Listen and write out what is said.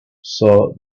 saw